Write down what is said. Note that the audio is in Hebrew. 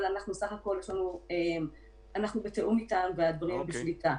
אבל סך הכול אנחנו בתיאום אתם והדברים בשליטה.